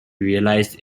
realised